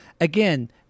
Again